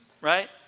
right